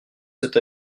cette